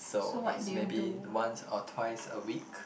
so it's maybe once or twice a week